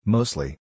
Mostly